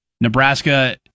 Nebraska